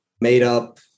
made-up